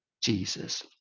Jesus